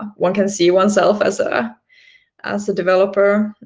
one can see oneself as ah as a developer,